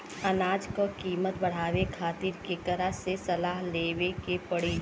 अनाज क कीमत बढ़ावे खातिर केकरा से सलाह लेवे के पड़ी?